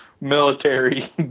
military